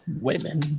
women